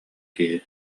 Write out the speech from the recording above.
киһи